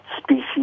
species